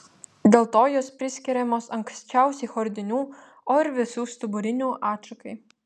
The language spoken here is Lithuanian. dėl to jos priskiriamos anksčiausiai chordinių o ir visų stuburinių atšakai